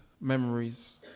Memories